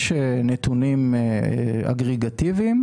יש נתונים אגריגטיביים,